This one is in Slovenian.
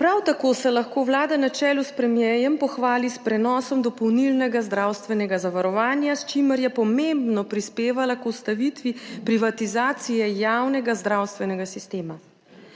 Prav tako se lahko Vlada na čelu s premierjem pohvali s prenosom dopolnilnega zdravstvenega zavarovanja, s čimer je pomembno prispevala k ustavitvi privatizacije javnega zdravstvenega sistema.